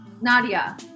Nadia